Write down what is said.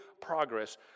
progress